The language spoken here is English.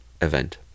event